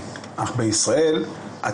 בכל מקום שיש בו 500 ישראלים,